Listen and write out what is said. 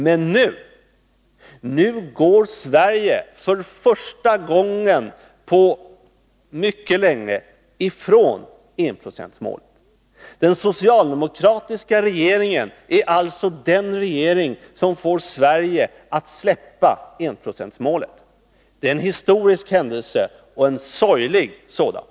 Men nu går Sverige för första gången på mycket länge ifrån enprocentsmålet. Den socialdemokratiska regeringen är alltså den regering som får Sverige att släppa enprocentsmålet! Det är en historisk händelse och en sorglig sådan.